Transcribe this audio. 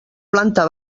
planta